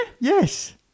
Yes